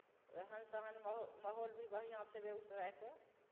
रहन सहन महौ माहौल भी बढ़िआँ छै बेगूसरायके